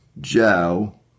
Joe